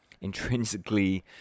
intrinsically